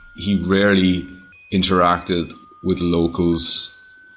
he rarely interacted with locals.